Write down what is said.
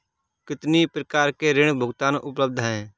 कितनी प्रकार के ऋण भुगतान उपलब्ध हैं?